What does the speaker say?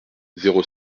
zéro